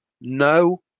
No